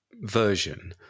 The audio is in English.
version